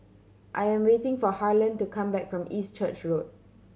I am waiting for Harlen to come back from East Church Road